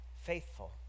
faithful